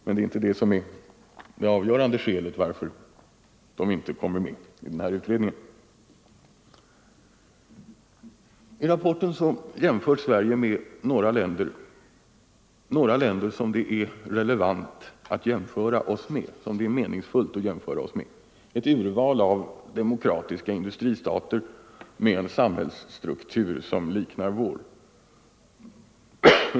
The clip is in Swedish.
Men det är inte det som är det avgörande skälet till att de inte kommer med i denna utredning. I rapporten jämförs Sverige med några länder som det är meningsfullt att jämföra oss med, ett urval av demokratiska industristater med en samhällsstruktur som liknar vår.